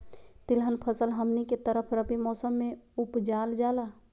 तिलहन फसल हमनी के तरफ रबी मौसम में उपजाल जाला